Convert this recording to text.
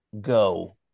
Go